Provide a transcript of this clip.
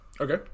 Okay